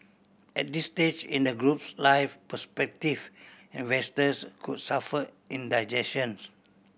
at this stage in the group's life prospective investors could suffer indigestion